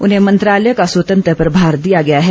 उन्हें मंत्रालय का स्वतंत्र प्रभार दिया गया है